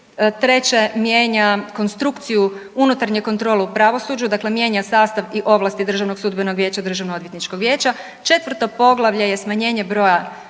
Treće mijenja konstrukciju unutarnje kontrole u pravosuđu, dakle mijenja sastav i ovlasti DSI-a i DOV-a. Četvrto poglavlje je smanjenje broja